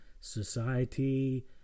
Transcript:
society